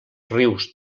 rius